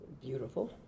beautiful